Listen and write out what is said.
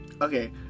Okay